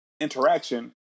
interaction